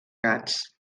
gats